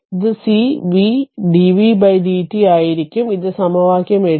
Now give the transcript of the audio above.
ഇത് cv dvdt ആയിരിക്കും ഇത് സമവാക്യം 8